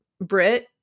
Brit